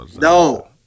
No